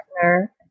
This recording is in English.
partner